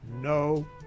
No